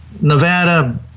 Nevada